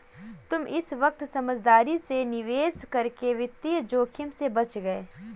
तुम इस वक्त समझदारी से निवेश करके वित्तीय जोखिम से बच गए